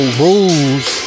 rules